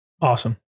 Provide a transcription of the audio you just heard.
Awesome